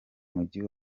mujyi